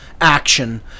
action